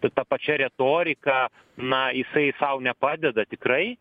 t ta pačia retorika na jisai sau nepadeda tikrai